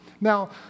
Now